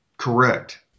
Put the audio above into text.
correct